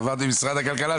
עבדנו עם משרד הכלכלה,